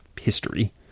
history